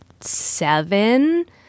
seven